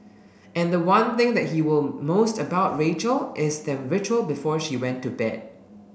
and the one thing that he will most about Rachel is their ritual before she went to bed